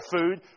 food